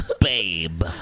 babe